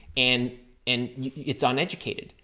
and and it's uneducated.